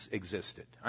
existed